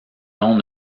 noms